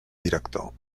director